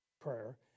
prayer